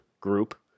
group